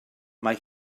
mae